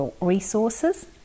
resources